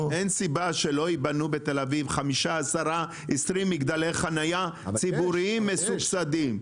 אין סיבה שלא ייבנו בתל אביב 5,10,20 מגדלי חנייה ציבוריים מסובסדים.